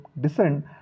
descend